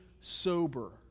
sober